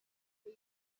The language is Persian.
اُه